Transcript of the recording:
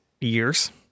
years